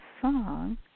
song